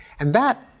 and that,